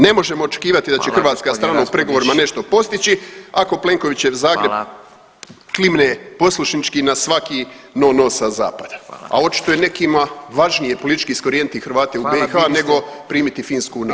Ne možemo očekivati da će hrvatska strana u pregovorima nešto postići ako Plenkovićev zahtjev klimne poslušnički na svaki no no sa zapada, a očito je nekima važnije politički iskorijeniti Hrvate u BiH nego primiti Finsku u NATO.